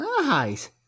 Nice